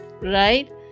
right